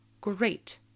great